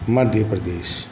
Madhya Pradesh